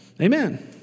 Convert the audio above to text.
Amen